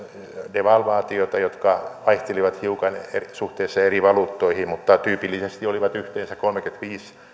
devalvaatiota jotka vaihtelivat hiukan suhteessa eri valuuttoihin mutta tyypillisesti olivat yhteensä kolmekymmentäviisi